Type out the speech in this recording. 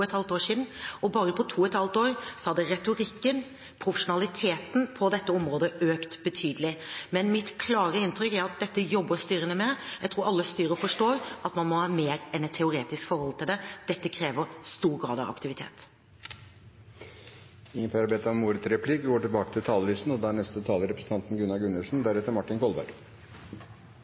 og et halvt år siden, og bare på to og et halvt år hadde retorikken, profesjonaliteten på dette området økt betydelig. Men mitt klare inntrykk er at dette jobber styrene med. Jeg tror alle styrer forstår at man må ha mer enn et teoretisk forhold til det. Dette krever stor grad av aktivitet. Replikkordskiftet er omme. Dette har vært en interessant sak å følge, hele veien, og den har blitt ganske grundig belyst. Jeg tror det er